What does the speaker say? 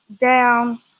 down